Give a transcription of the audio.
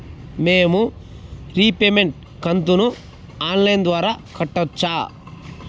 మేము రీపేమెంట్ కంతును online ద్వారా కట్టొచ్చా